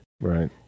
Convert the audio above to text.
Right